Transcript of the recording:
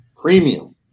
Premium